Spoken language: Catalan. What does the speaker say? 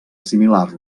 assimilar